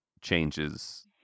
changes